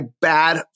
bad